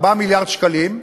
4 מיליארד שקלים.